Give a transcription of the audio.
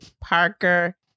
Parker